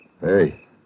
Hey